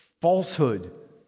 Falsehood